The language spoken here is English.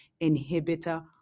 inhibitor